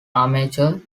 amateur